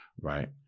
Right